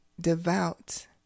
devout